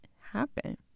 happen